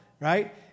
right